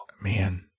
Man